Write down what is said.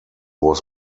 was